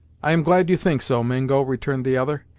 i'm glad you think so, mingo, returned the other,